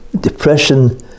depression